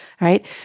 Right